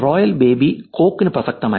royal baby കോക്കിന് പ്രസക്തമല്ല